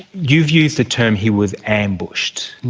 you've used the term he was ambushed.